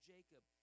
Jacob